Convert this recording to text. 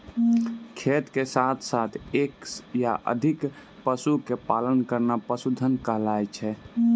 खेती के साथॅ साथॅ एक या अधिक पशु के पालन करना पशुधन कहलाय छै